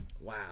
wow